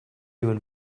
even